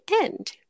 end